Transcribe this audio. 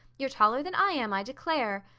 you're taller than i am, i declare.